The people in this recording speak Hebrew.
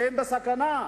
שבעיני הם נמצאים בסכנה?